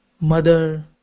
mother